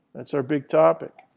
that's our big topic.